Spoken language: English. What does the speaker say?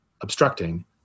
obstructing